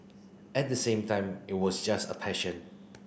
at the same time it was just a passion